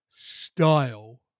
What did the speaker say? style